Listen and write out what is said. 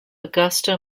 augusta